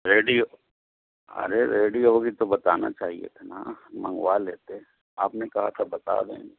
ready ارے ready ہوگئی تو بتانا چاہیے تھا نا منگوا لیتے آپ نے کہا تھا بتا دیں گے